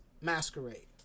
Masquerade